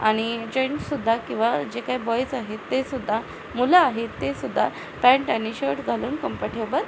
आणि जेंट्स सुद्धा किंवा जे काय बॉईज आहेत ते सुद्धा मुलं आहेत ते सुद्धा पॅन्ट आणि शर्ट घालून कम्फर्टेबल